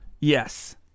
Yes